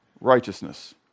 righteousness